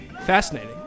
Fascinating